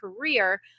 career